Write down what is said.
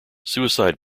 suicide